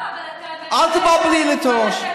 לא, אבל אתה, אל תבלבלי את הראש.